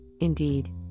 indeed